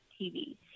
TV